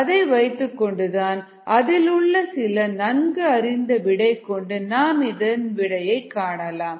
அதை வைத்துக் கொண்டுதான் அதிலுள்ள சில நன்கு அறிந்த விடைகொண்டு நாம் இதன் விடையை காணலாம்